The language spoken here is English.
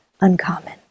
uncommon